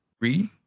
Read